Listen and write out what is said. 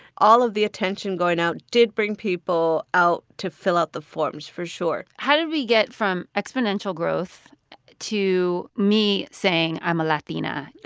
all of the attention going out did bring people out to fill out the forms, for sure how did we get from exponential growth to me saying, i'm a latina?